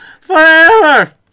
Forever